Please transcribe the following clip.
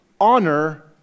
honor